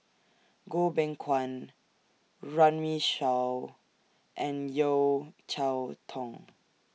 Goh Beng Kwan Runme Shaw and Yeo Cheow Tong